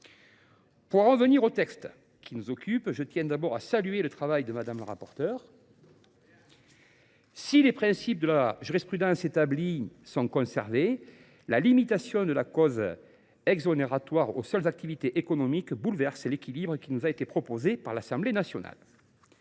Pour en revenir au texte qui nous occupe, je tiens d’abord à saluer le travail de Mme la rapporteure. Très bien ! Si les principes de la jurisprudence établie sont conservés, la limitation de la cause exonératoire aux seules activités économiques bouleverse l’équilibre qui a été trouvé à l’Assemblée nationale.